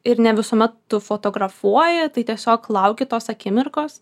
ir ne visuomet tu fotografuoji tai tiesiog lauki tos akimirkos